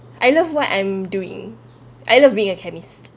I love what I'm doing I love being a chemist